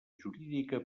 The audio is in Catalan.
jurídica